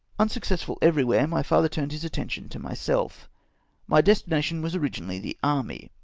unsuccessful everywhere, my father turned his atten tion to myself my destination was originally the army,